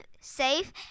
safe